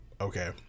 okay